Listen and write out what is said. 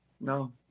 No